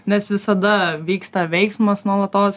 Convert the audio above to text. nes visada vyksta veiksmas nuolatos